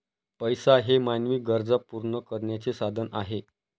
पैसा हे मानवी गरजा पूर्ण करण्याचे साधन आहे